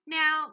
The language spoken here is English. now